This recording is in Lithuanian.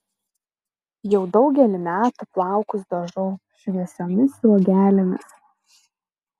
jau daugelį metų plaukus dažau šviesiomis sruogelėmis